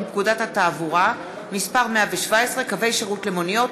פקודת התעבורה (מס' 117) (קווי שירות למוניות),